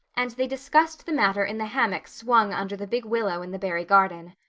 and they discussed the matter in the hammock swung under the big willow in the barry garden.